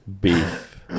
beef